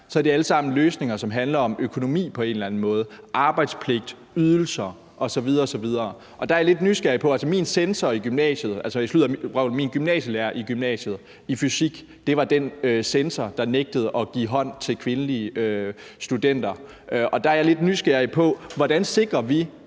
så er det alt sammen løsninger, som handler om økonomi på en eller anden måde: arbejdspligt, ydelser osv. osv. Der er jeg lidt nysgerrig. Altså, min gymnasielærer i fysik i gymnasiet var den censor, der nægtede at give hånd til kvindelige studenter, og der er jeg lidt nysgerrig: Hvordan sikrer vi,